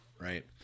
right